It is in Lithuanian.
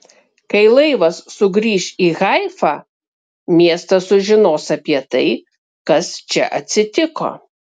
kai laivas sugrįš į haifą miestas sužinos apie tai kas čia atsitiko